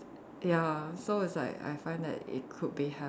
ya so it's like I find that it could be have